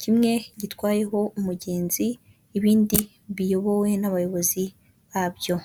kimwe gitwayeho umugenzi ibindi biyobowe n'abayobozi babyo.